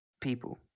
people